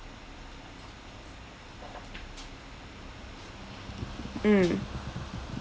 mm